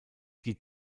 die